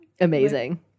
amazing